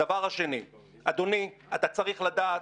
הדבר השני, אתה צריך לדעת.